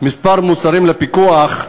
כמה מוצרים לפיקוח,